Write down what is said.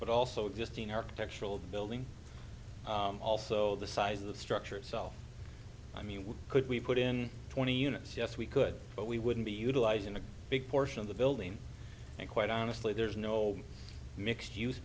but also just an architectural building also the size of the structure itself i mean we could we put in twenty units yes we could but we wouldn't be utilising a big portion of the building and quite honestly there's no mixed use